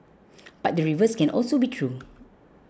but the reverse can also be true